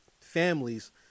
families